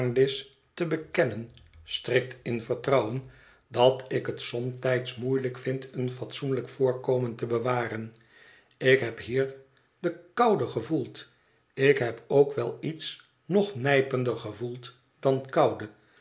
te bekennen strikt in vertrouwen dat ik het somtijds moeielijk vind een fatsoenlijk voorkomen te bewaren ik heb hier de koude gevoeld ik heb ook wel iets nog nijpender gevoeld dan koude